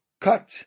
cut